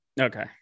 Okay